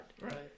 Right